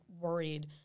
worried